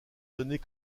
données